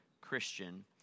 Christian